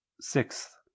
Sixth